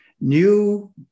new